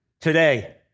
today